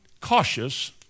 cautious